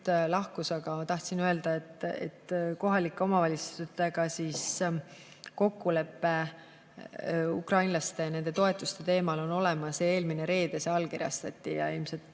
lahkus, aga tahtsin öelda, et kohalike omavalitsustega kokkulepe ukrainlaste ja nende toetuste teemal on olemas. Eelmine reede see allkirjastati ja ilmselt